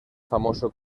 famoso